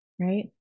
Right